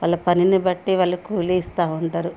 వాళ్ళ పనిని బట్టి వాళ్ళ కూలీ ఇస్తూ ఉంటారు